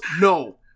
No